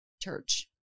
church